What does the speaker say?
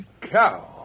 cow